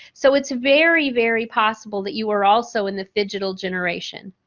so, it's very very possible that you were also in the digital generation.